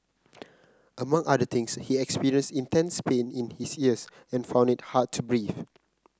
among other things he experienced intense pain in his ears and found it hard to breathe